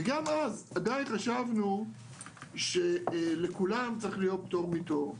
גם אז עדיין חשבנו שלכולם צריך להיות פטור מתור,